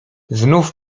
znów